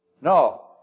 No